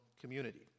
community